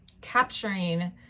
capturing